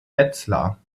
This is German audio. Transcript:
wetzlar